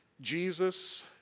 Jesus